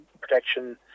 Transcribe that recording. protection